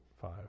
five